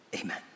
Amen